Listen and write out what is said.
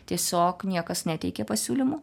tiesiog niekas neteikė pasiūlymų